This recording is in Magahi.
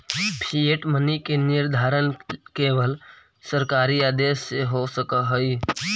फिएट मनी के निर्धारण केवल सरकारी आदेश से हो सकऽ हई